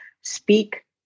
speak